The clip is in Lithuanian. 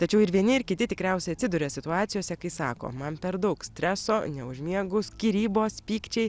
tačiau ir vieni ir kiti tikriausiai atsiduria situacijose kai sako man per daug streso neužmiegu skyrybos pykčiai